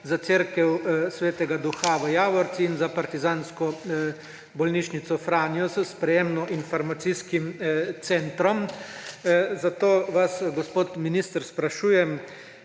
za cerkev sv. Duha v Javorci in za Partizansko bolnico Franjo s sprejemno-informacijskim centrom. Zato vas, gospod minister, sprašujem: